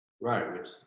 right